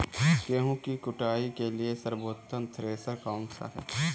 गेहूँ की कुटाई के लिए सर्वोत्तम थ्रेसर कौनसा है?